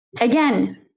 again